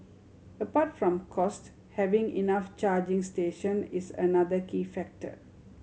apart from cost having enough charging station is another key factor